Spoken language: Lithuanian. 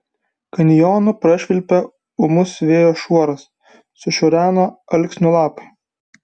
kanjonu prašvilpė ūmus vėjo šuoras sušiureno alksnių lapai